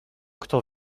kto